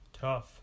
Tough